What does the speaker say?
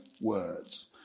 words